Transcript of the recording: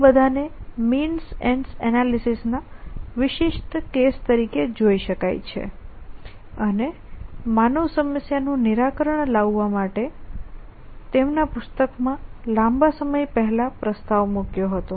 તે બધાને means ends analysis ના વિશિષ્ટ કેસ તરીકે જોઈ શકાય છે અને માનવ સમસ્યાનું નિરાકરણ લાવવા માટે તેમના પુસ્તકમાં લાંબા સમય પહેલા પ્રસ્તાવ મૂક્યો હતો